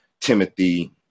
Timothy